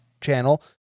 channel